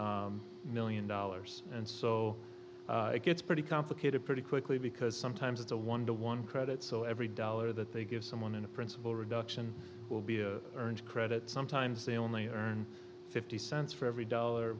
seven million dollars and so it gets pretty complicated pretty quickly because sometimes it's a one to one credit so every dollar that they give someone in a principal reduction will be earned credits sometimes they only earn fifty cents for every dollar